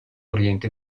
oriente